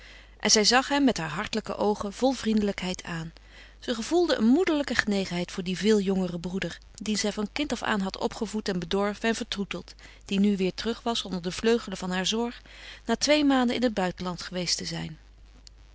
en zij zag hem met haar hartelijke oogen vol vriendelijkheid aan ze gevoelde een moederlijke genegenheid voor dien veel jongeren broeder dien zij van kind af aan had opgevoed en bedorven en vertroeteld die nu weêr terug was onder de vleugelen van haar zorg na twee maanden in het buitenland geweest te zijn